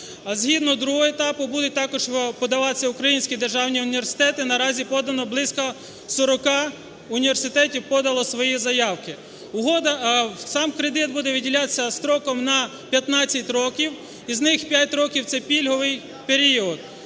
Згідно другого етапу будуть також подаватись українські державні університети. Наразі подано, близько 40 університетів подали свої заявки. Сам кредит буде виділятися строком на 15 років, з них 5 років – це пільговий період.